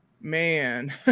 Man